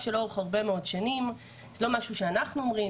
שלאורך הרבה מאוד שנים זה לא משהו שאנחנו אומרים,